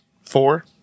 Four